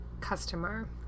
customer